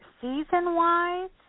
season-wise